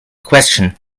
question